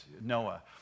Noah